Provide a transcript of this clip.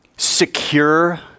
Secure